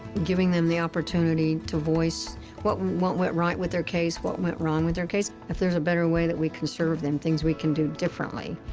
giving them the opportunity to voice what went went right with their case, what went wrong with their case, if there's a better way that we can serve them, things we can do differently,